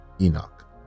Enoch